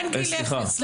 אין גיל אפס.